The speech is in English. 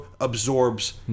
absorbs